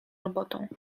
robotą